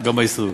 גם בהסתדרות.